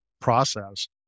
process